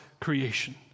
creation